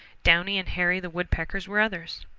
downy and hairy the woodpeckers were others.